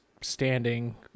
standing